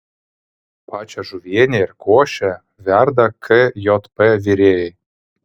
pačią žuvienę ir košę verda kjp virėjai